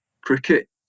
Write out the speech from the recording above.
cricket